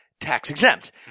tax-exempt